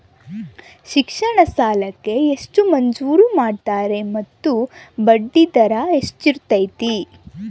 ಶಿಕ್ಷಣ ಸಾಲಕ್ಕೆ ಎಷ್ಟು ಮಂಜೂರು ಮಾಡ್ತೇರಿ ಮತ್ತು ಬಡ್ಡಿದರ ಎಷ್ಟಿರ್ತೈತೆ?